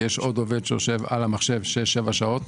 יש עוד אדם שעובד עם המחשב במשך שש-שבע שעות.